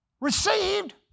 received